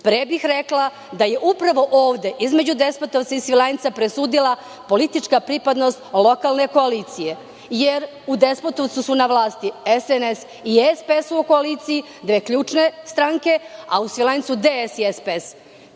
Pre bih rekla da je upravo ovde između Despotovca i Svilajnca presudila politička pripadnost lokalne koalicije, jer u Despotovcu su na vlasti SNS i SPS u koaliciji, dve ključne stranke, a u Svilajncu DSS